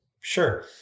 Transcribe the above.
Sure